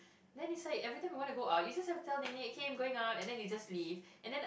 then he said everytime when I want to go out you just have to tell nenek okay I'm going out and then you just leave and then